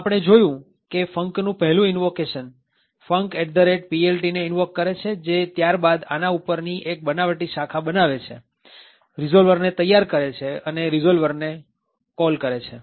આમ આપણે જોયું કે func નું પહેલું ઈનવોકેશન funcPLT ને ઇન્વોક કરે છે જે ત્યાર બાદ આના ઉપરની એક બનાવટી શાખા બનાવે છે રીઝોલ્વર ને તૈયાર કરે છે અને રીઝોલ્વર ને બોલાવે કોલ કરે છે